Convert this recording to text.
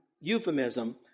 euphemism